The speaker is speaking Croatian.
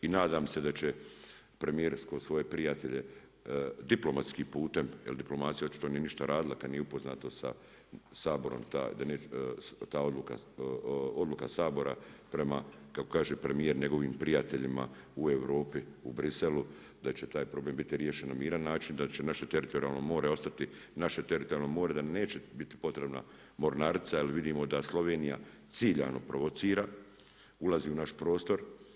I nadam se da će premijer svoje prijatelje diplomatskim putem, jer diplomacija očito nije ništa radila kad nije upoznato sa Saborom, ta odluka Sabora prema kako kaže premijer njegovim prijateljima u Europi u Bruxellesu, da će taj problem biti riješen na miran način, da će naše teritorijalno more ostati naše teritorijalno more, da neće biti potrebna mornarica jer vidimo da Slovenija ciljano provocira, ulazi u naš prostor.